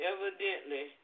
Evidently